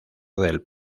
del